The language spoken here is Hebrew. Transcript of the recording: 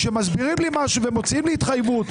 כשמסבירים לי משהו ומוציאים לי התחייבות,